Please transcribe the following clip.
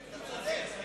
אתה צודק.